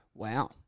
Wow